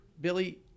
Billy